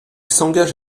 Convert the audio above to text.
s’engage